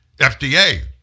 FDA